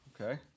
Okay